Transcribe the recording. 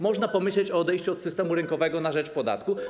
Można pomyśleć o odejściu od systemu rynkowego na rzecz podatku.